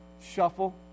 shuffle